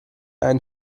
einen